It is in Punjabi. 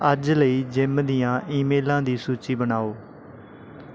ਅੱਜ ਲਈ ਜਿਮ ਦੀਆਂ ਈਮੇਲਾਂ ਦੀ ਸੂਚੀ ਬਣਾਓ